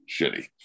shitty